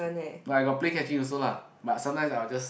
but I got play catching also lah but sometimes I'll just